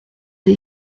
des